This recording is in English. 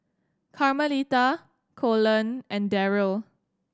Carmelita Colon and Daryle